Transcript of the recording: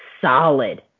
solid